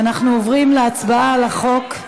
ואנחנו עוברים להצבעה על החוק,